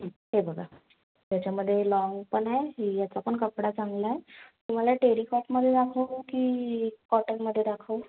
हा हे बघा ह्याच्यामध्ये लाँग पण आहे ह्याचा पण कपडा चांगला आहे तुम्हाला टेरीकॉटमध्ये दाखवू की कॉटनमध्ये दाखवू